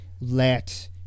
let